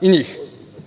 i njih. Danas